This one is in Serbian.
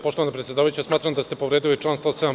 Poštovana predsedavajuća, smatram da ste povredili član 107.